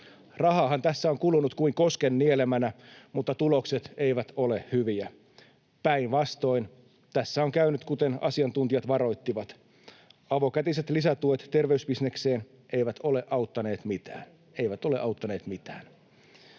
Rahaahan tässä on kulunut kuin kosken nielemänä, mutta tulokset eivät ole hyviä. Päinvastoin, tässä on käynyt kuten asiantuntijat varoittivat: Avokätiset lisätuet terveysbisnekseen eivät ole auttaneet mitään,